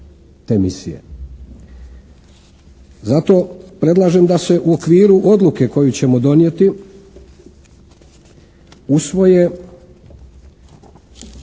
Zato predlažem da se u okviru odluke koju ćemo donijeti usvoje